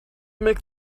make